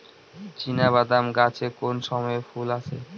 চিনাবাদাম গাছে কোন সময়ে ফুল আসে?